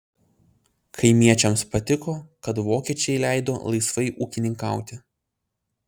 kaimiečiams patiko kad vokiečiai leido laisvai ūkininkauti